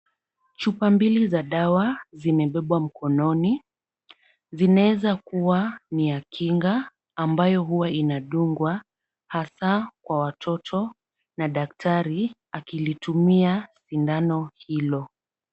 Chupa mbili za dawa zimebebwa mkononi. Zinaweza kuwa ni ya kinga ambayo huwa inadungwa hasa kwa watoto na daktari akilitumia sindano hilo.